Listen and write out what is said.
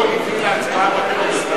לא הביא להצבעה בכנסת,